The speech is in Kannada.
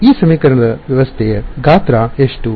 ಈ ಸಮೀಕರಣದ ವ್ಯವಸ್ಥೆಯ ಗಾತ್ರ ಎಷ್ಟು